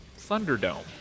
Thunderdome